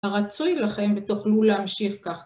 הרצוי לכם ותוכלו להמשיך כך.